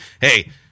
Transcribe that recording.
hey